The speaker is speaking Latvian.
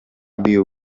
biju